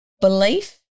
belief